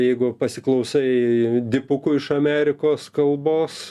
jeigu pasiklausai dipukų iš amerikos kalbos